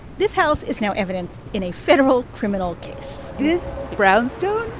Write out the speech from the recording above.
this house is now evidence in a federal criminal case is brownstone